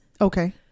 Okay